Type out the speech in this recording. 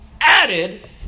added